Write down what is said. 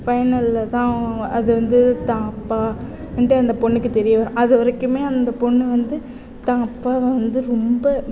ஃபைனலில்தான் அது வந்து தான் அப்பான்ட்டு அந்த பொண்ணுக்கு தெரிய வரும் அதுவரைக்குமே அந்த பொண்ணு வந்து தான் அப்பாவை வந்து ரொம்ப